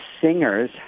singers